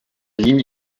ligne